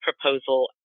proposal